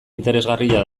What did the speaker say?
interesgarria